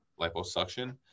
liposuction